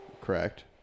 Correct